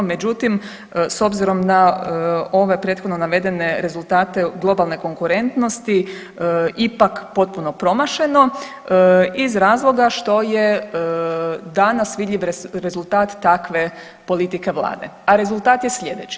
Međutim, s obzirom na ove prethodno navedene rezultate globalne konkurentnosti ipak potpuno promašeno iz razloga što je danas vidljiv rezultat takve politike Vlade, a rezultat je sljedeći.